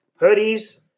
hoodies